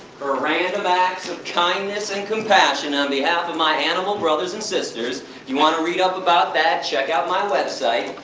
for random acts of kindness and compassion, on behalf of my animal brothers and sisters, if you want to read up about that, check out my website.